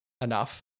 enough